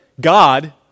God